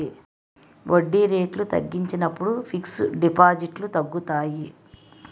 వడ్డీ రేట్లు తగ్గించినప్పుడు ఫిక్స్ డిపాజిట్లు తగ్గుతాయి